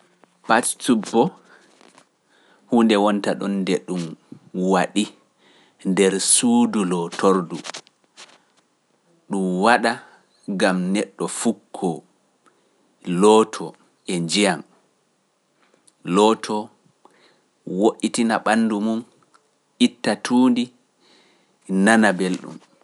Pati subboo huunde wonta ɗon nde ɗum waɗi nder suudu lootordu, ɗum waɗa gam neɗɗo fukkoo, looto e njiya, looto woɗɗitina ɓanndu mum ittatuundi nanabel ɗum.